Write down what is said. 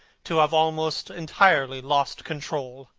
to have almost entirely lost control.